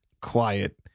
quiet